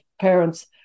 parents